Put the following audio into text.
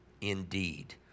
indeed